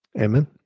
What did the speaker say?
Amen